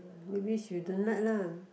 maybe she don't like lah